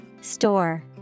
Store